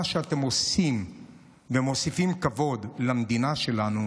שאתם עושים ועל כך שאתם מוסיפים כבוד למדינה שלנו,